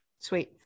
Sweet